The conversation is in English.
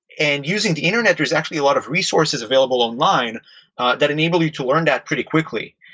and using the internet there's actually a lot of resources available online that enable you to learn that pretty quickly.